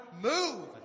move